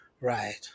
Right